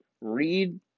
read